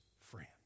friend